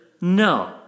no